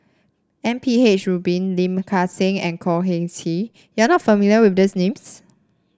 M P H Rubin Lim Kang Seng and Khor Ean Ghee you are not familiar with these names